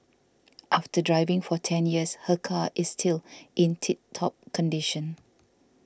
after driving for ten years her car is still in tip top condition